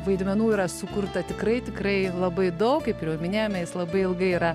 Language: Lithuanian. vaidmenų yra sukurta tikrai tikrai labai daug kaip jau ir minėjome jis labai ilgai yra